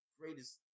greatest